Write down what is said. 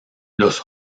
los